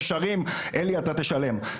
ושרים אלי אתה תשלם.